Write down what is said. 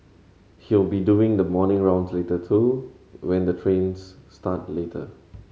he'll be doing the morning rounds later too when the trains start later